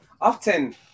Often